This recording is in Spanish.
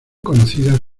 conocidas